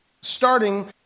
starting